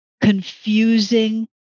confusing